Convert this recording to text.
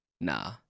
Nah